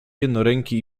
jednoręki